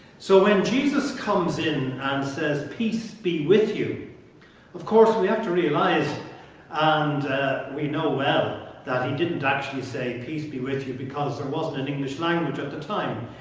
so when jesus comes in and says peace be with you of course we have to realize and we know well that he didn't actually say peace be with you because there wasn't an english language at the time.